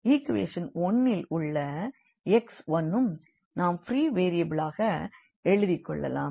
equation 1 இல் உள்ள x1யும் நாம் ப்ரீ வேரியபிள்களாக எழுதிக்கொள்ளலாம்